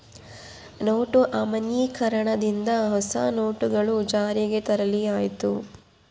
note ಅಮಾನ್ಯೀಕರಣ ದಿಂದ ಹೊಸ ನೋಟುಗಳು ಜಾರಿಗೆ ತರಲಾಯಿತು